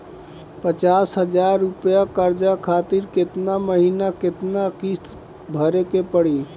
पचास हज़ार रुपया कर्जा खातिर केतना महीना केतना किश्ती भरे के पड़ी?